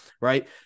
right